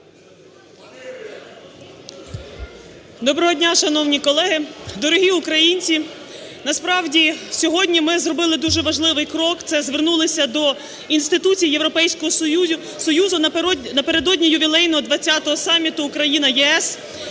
Доброго дня, шановні колеги, дорогі українці! Насправді сьогодні ми зробили дуже важливий крок – це звернулися до інституцій Європейського Союзу напередодні ювілейного двадцятого саміту Україна-ЄС.